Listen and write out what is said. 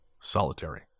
solitary